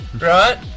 right